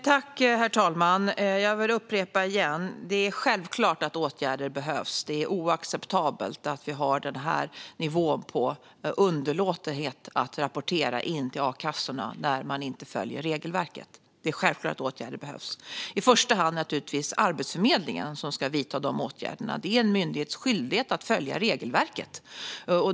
Herr talman! Jag vill upprepa att det är självklart att åtgärder behövs. Det är oacceptabelt att vi har denna nivå på underlåtenhet att rapportera in till a-kassorna när människor inte följer regelverket. Det är självklart att åtgärder behövs. I första hand är det naturligtvis Arbetsförmedlingen som ska vidta de åtgärderna. Det är en myndighets skyldighet att följa regelverket.